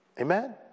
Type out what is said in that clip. Amen